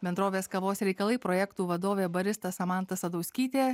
bendrovės kavos reikalai projektų vadovė barista samanta sadauskytė